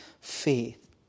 faith